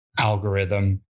algorithm